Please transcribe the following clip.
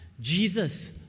Jesus